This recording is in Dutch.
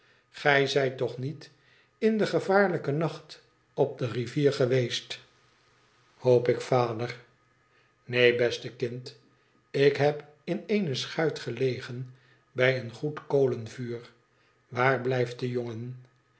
gij zijt toch niet in den gevaarlijken nacht op de rivier geweest hoop ik vader neen beste kind ik heb in eene schuit gelegen bij een goed kolenvuur waar blijft de jongen